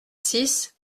six